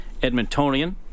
Edmontonian